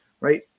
right